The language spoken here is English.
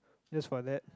this for that